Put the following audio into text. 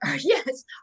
Yes